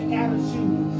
attitude